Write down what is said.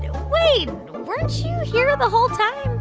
wait weren't you here the whole time?